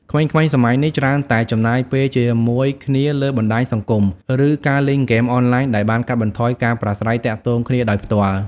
ក្មេងៗសម័យនេះច្រើនតែចំណាយពេលជាមួយគ្នាលើបណ្តាញសង្គមឬការលេងហ្គេមអនឡាញ ដែលបានកាត់បន្ថយការប្រាស្រ័យទាក់ទងគ្នាដោយផ្ទាល់។